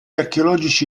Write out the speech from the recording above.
archeologici